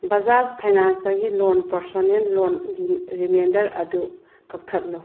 ꯕꯖꯥꯖ ꯐꯥꯏꯅꯥꯟꯁꯇꯒꯤ loan personal ꯂꯣꯟꯒꯤ reminder ꯑꯗꯨ ꯀꯛꯊꯠꯂꯨ